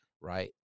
right